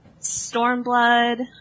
Stormblood